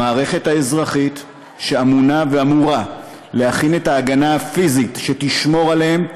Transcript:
המערכת האזרחית שאמונה ואמורה להכין את ההגנה הפיזית שתשמור עליהם,